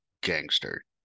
gangster